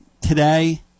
today